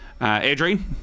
Adrian